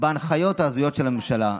בהנחיות ההזויות של הממשלה.